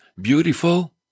beautiful